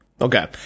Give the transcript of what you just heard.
Okay